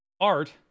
Art